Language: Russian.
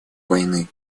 войны